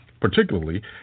particularly